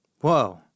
Whoa